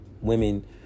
women